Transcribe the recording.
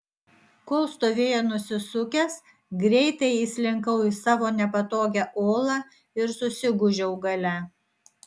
kol stovėjo nusisukęs greitai įslinkau į savo nepatogią olą ir susigūžiau gale